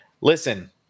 Listen